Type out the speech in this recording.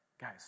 Guys